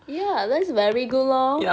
ya that's very good lor